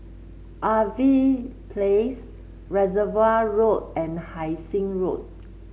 Irving Place Reservoir Road and Hai Sing Road